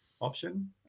option